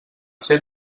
ser